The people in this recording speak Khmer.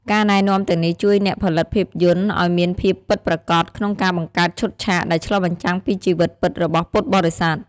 ការណែនាំទាំងនេះជួយអ្នកផលិតភាពយន្តឲ្យមានភាពពិតប្រាកដក្នុងការបង្កើតឈុតឆាក ដែលឆ្លុះបញ្ចាំងពីជីវិតពិតរបស់ពុទ្ធបរិស័ទ។